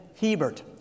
Hebert